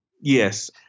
Yes